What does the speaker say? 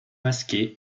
masquée